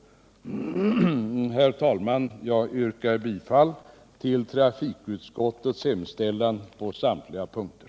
Herr talman! Jag yrkar bifall till trafikutskottets hemställan på samtliga punkter.